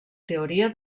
teoria